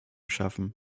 schaffen